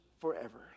forever